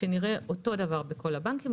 שנראה אותו דבר בכל הבנקים,